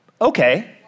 okay